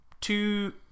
two